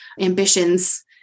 ambitions